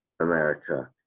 America